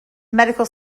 medical